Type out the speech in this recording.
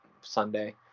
Sunday